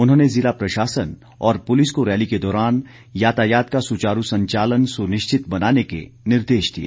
उन्होंने जिला प्रशासन और पुलिस को रैली के दौरान यातायात का सुचारू संचालन सुनिश्चित बनाने के निर्देश दिए